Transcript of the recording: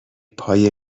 پای